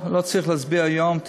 לא צריך להצביע היום,